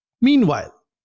Meanwhile